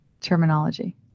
Terminology